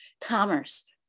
commerce